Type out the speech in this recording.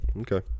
Okay